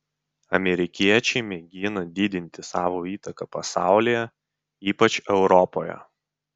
amerikiečiai mėgina didinti savo įtaką pasaulyje ypač europoje